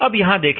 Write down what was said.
अब यहां देखें